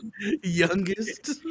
Youngest